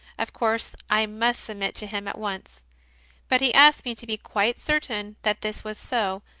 of course i must submit to him at once but he asked me to be quite certain that this was so,